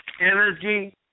energy